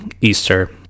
Easter